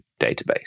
database